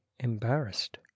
embarrassed